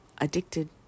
addicted